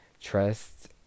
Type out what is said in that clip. trust